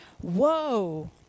whoa